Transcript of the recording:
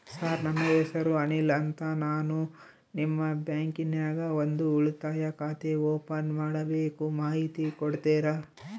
Sir ನನ್ನ ಹೆಸರು ಅನಿಲ್ ಅಂತ ನಾನು ನಿಮ್ಮ ಬ್ಯಾಂಕಿನ್ಯಾಗ ಒಂದು ಉಳಿತಾಯ ಖಾತೆ ಓಪನ್ ಮಾಡಬೇಕು ಮಾಹಿತಿ ಕೊಡ್ತೇರಾ?